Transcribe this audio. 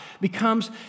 becomes